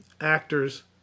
actors